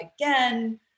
again